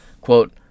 Quote